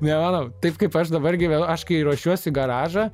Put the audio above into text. nemanau taip kaip aš dabar gyvenu aš kai ruošiuosi garažą